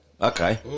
Okay